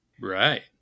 Right